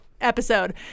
episode